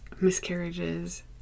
miscarriages